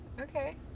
Okay